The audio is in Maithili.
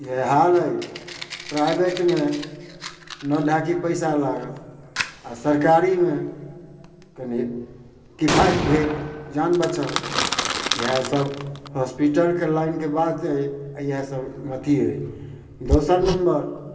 इएह हाल हइ प्राइबेटमे नओ ढाकी पैसा लागल आ सरकारीमे कनी किफाइत भेल जान बचल इएह सब हॉस्पिटलके लाइनके बात अइ इएह सब अथी हय दोसर नम्बर